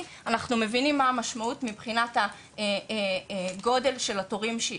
ואנחנו מבינים מה המשמעות מבחינת הגודל של התורים שהיא